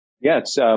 Yes